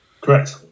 correct